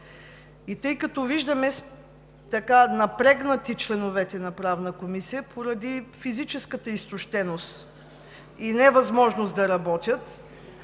Тъй като виждам напрегнати членовете на Правната комисия, поради физическата изтощеност и невъзможност да работят,